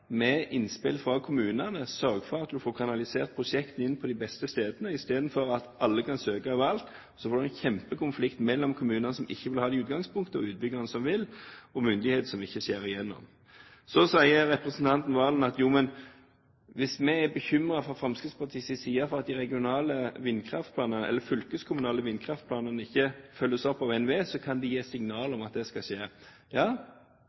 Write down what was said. med innspill fra kommunene sørge for at man får kanalisert prosjektene inn på de beste stedene. Istedenfor at alle kan søke overalt, får man en kjempekonflikt mellom kommuner som ikke vil ha det i utgangspunktet, og utbyggere som vil, og en myndighet som ikke skjærer igjennom. Så sier representanten Serigstad Valen at hvis vi fra Fremskrittspartiets side er bekymret for at de fylkeskommunale vindkraftplanene ikke følges opp av NVE, kan de gi signal om at det skal skje. Ja,